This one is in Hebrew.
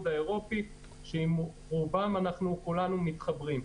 האירופי שעם רובם אנחנו כולנו מתחברים.